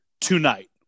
tonight